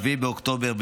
7 באוקטובר,